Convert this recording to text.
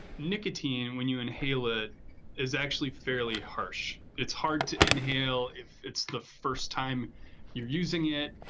nicotine, when you inhale, it is actually fairly harsh. it's hard to inhale if it's the first time you're using it.